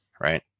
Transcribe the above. Right